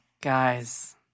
Guys